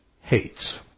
hates